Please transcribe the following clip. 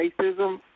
racism